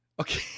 Okay